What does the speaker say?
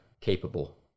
capable